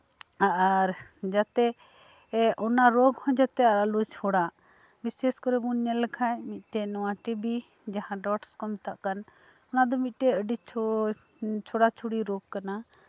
ᱟᱨ ᱡᱟᱛᱮ ᱚᱱᱟ ᱨᱳᱜ ᱦᱚᱸ ᱡᱟᱛᱮ ᱟᱞᱚ ᱪᱷᱚᱲᱟᱜ ᱵᱤᱥᱮᱥ ᱠᱚᱨᱮ ᱵᱚᱱ ᱧᱮᱞ ᱞᱮᱠᱷᱟᱱ ᱢᱤᱫᱴᱮᱱ ᱱᱚᱶᱟ ᱴᱤ ᱵᱤ ᱡᱟᱦᱟᱸ ᱰᱚᱴᱥ ᱠᱚ ᱢᱮᱛᱟᱜ ᱠᱟᱱ ᱚᱱᱟ ᱫᱚ ᱢᱤᱫᱴᱮᱱ ᱟᱹᱰᱤ ᱪᱷᱚᱲᱟ ᱪᱷᱚᱲᱤ ᱨᱳᱜ ᱠᱟᱱᱟ